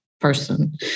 Person